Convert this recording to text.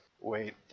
wait